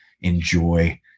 enjoy